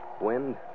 Wind